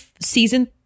Season